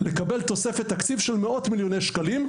לקבל תוספת תקציב של מאות מיליוני שקלים.